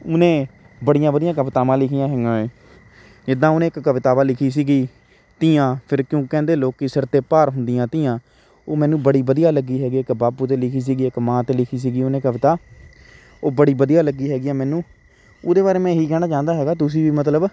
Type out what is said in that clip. ਉਹਨੇ ਬੜੀਆਂ ਵਧੀਆਂ ਕਵਿਤਾਵਾਂ ਲਿਖੀਆਂ ਹੈਗੀਆਂ ਹੈ ਜਿੱਦਾਂ ਉਹਨੇ ਇੱਕ ਕਵਿਤਾਵਾ ਲਿਖੀ ਸੀਗੀ ਧੀਆਂ ਫਿਰ ਕਿਉਂ ਕਹਿੰਦੇ ਲੋਕੀ ਸਿਰ 'ਤੇ ਭਾਰ ਹੁੰਦੀਆਂ ਧੀਆਂ ਉਹ ਮੈਨੂੰ ਬੜੀ ਵਧੀਆ ਲੱਗੀ ਹੈਗੀ ਹੈ ਇੱਕ ਬਾਪੂ 'ਤੇ ਲਿਖੀ ਸੀਗੀ ਇੱਕ ਮਾਂ 'ਤੇ ਲਿਖੀ ਸੀਗੀ ਉਹਨੇ ਕਵਿਤਾ ਉਹ ਬੜੀ ਵਧੀਆ ਲੱਗੀ ਹੈਗੀ ਹੈ ਮੈਨੂੰ ਉਹਦੇ ਬਾਰੇ ਮੈਂ ਇਹੀ ਕਹਿਣਾ ਚਾਹੁੰਦਾ ਹੈਗਾ ਤੁਸੀਂ ਵੀ ਮਤਲਬ